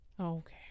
Okay